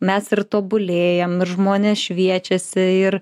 mes ir tobulėjam ir žmonės šviečiasi ir